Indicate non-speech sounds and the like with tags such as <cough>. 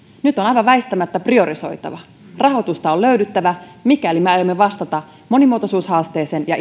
nyt on aivan väistämättä priorisoitava rahoitusta on löydyttävä mikäli me aiomme vastata monimuotoisuushaasteeseen ja <unintelligible>